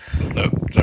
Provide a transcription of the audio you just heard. No